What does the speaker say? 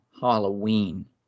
Halloween